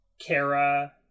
Kara